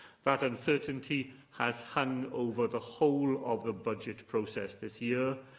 that uncertainty has hung over the whole of the budget process this year,